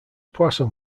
poisson